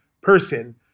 person